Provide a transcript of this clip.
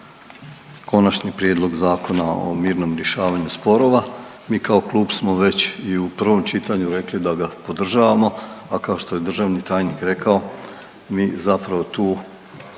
Konačni prijedlog Zakona o mirnom rješavanju sporova, mi kao klub smo već i u prvom čitanju rekli da ga podržavamo, a kao što je državni tajni rekao mi zapravo tu